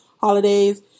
holidays